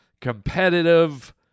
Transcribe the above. competitive